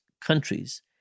countries